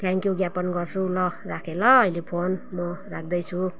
thank you ज्ञापन गर्छु ल राखेँ ल अहिले फोन म राख्दैछु